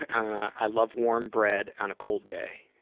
i love warm bread on a cold day.